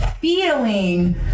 feeling